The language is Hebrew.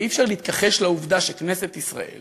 הרי אי-אפשר להתכחש לעובדה שכנסת ישראל